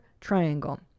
triangle